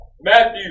Matthew